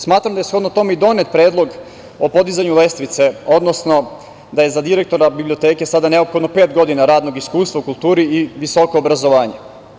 Smatram da je shodno tome i donet predlog o podizanju lestvice, odnosno da je za direktora biblioteke sada neophodno pet godina radnog iskustva u kulturi i visoko obrazovanje.